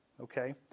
okay